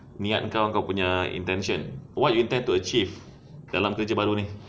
niat kau kau punya uh intention